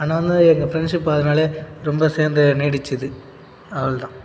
ஆனால் வந்து எங்க ஃப்ரெண்ட்ஷிப் அதனாலேயே ரொம்ப சேர்ந்து நீடிச்சிது அவ்வளோ தான்